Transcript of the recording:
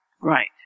right